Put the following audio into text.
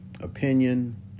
opinion